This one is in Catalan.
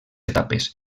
etapes